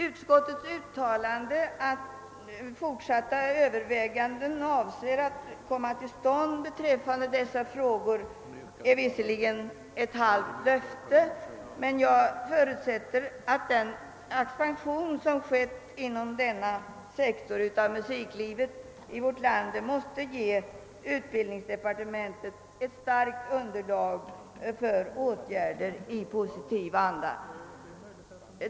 Utskottets uttalande att >»fortsatta överväganden avses komma till stånd i vad gäller de betydelsefulla samordningsfrågor som musikutbildningskommittén tagit upp» är visserligen ett halvt löfte, men jag förutsätter att den expansion som skett inom denna sektor av musiklivet i vårt land måste ge utbildningsdepartementet ett starkt underlag för åtgärder i positiv anda.